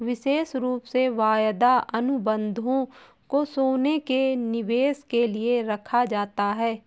विशेष रूप से वायदा अनुबन्धों को सोने के निवेश के लिये रखा जाता है